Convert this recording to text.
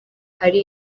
hari